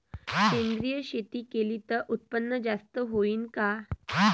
सेंद्रिय शेती केली त उत्पन्न जास्त होईन का?